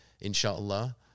inshallah